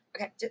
Okay